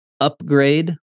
upgrade